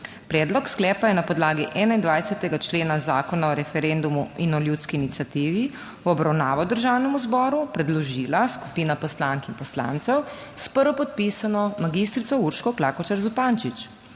Predlog sklepa je na podlagi 21. člena Zakona o referendumu in o ljudski iniciativi v obravnavo Državnemu zboru predložila skupina poslank in poslancev s prvopodpisano mag. Urško Klakočar Zupančič.